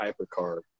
hypercar